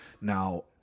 Now